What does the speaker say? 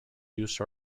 use